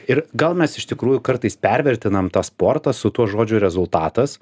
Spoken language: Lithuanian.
ir gal mes iš tikrųjų kartais pervertinam tą sportą su tuo žodžiu rezultatas